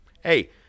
hey